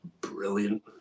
brilliant